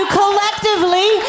collectively